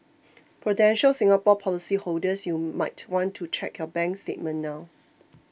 prudential Singapore policyholders you might want to check your bank statement now